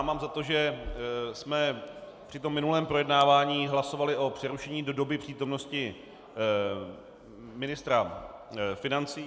Mám za to, že jsme při minulém projednávání hlasovali o přerušení do doby přítomnosti ministra financí.